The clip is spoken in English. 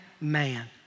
man